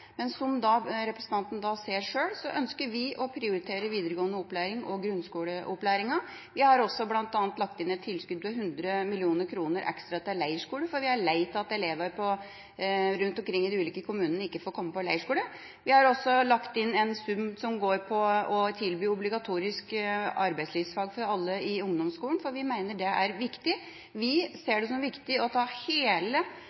men som representanten ser sjøl, ønsker vi å prioritere videregående opplæring og grunnskoleopplæringa. Vi har bl.a. også lagt inn et tilskudd på 100 mill. kr ekstra til leirskole, fordi vi er lei av at elever rundt omkring i de ulike kommunene ikke får komme på leirskole. Vi har også lagt inn en sum til obligatorisk arbeidslivsfag for alle i ungdomsskolen, for vi mener det er viktig. Vi